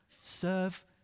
serve